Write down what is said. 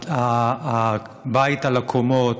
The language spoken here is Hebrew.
הבית על הקומות,